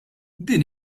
din